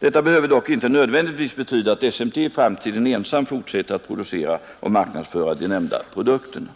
Detta behöver dock inte nödvändigtvis betyda att SMT i framtiden ensamt fortsätter att producera och marknadsföra de nämnda produkterna.